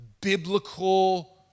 biblical